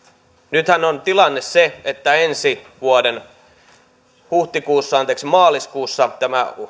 nythän on tilanne se että se on ensi vuoden maaliskuussa kun tämä